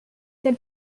tel